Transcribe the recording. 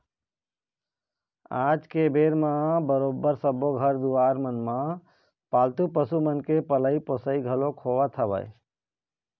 आज के बेरा म बरोबर सब्बो घर दुवार मन म पालतू पशु मन के पलई पोसई घलोक होवत हवय